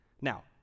Now